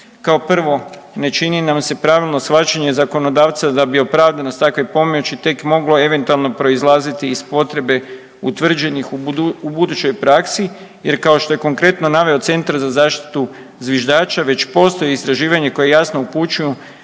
Kao prvo ne čini nam se pravilno shvaćanje zakonodavca da bi opravdanost takve pomoći tek moglo eventualno proizlaziti iz potrebe utvrđenih u budućoj praksi jer kao što je konkretno naveo centar za zaštitu zviždača već postoji istraživanje koje jasno upućuju